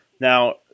Now